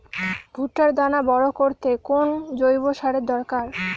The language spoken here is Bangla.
ভুট্টার দানা বড় করতে কোন জৈব সারের দরকার?